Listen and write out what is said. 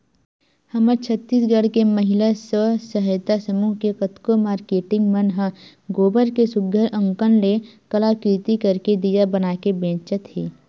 हमर छत्तीसगढ़ के महिला स्व सहयता समूह के कतको मारकेटिंग मन ह गोबर के सुग्घर अंकन ले कलाकृति करके दिया बनाके बेंचत हे